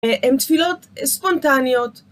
הם תפילות ספונטניות.